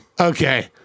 Okay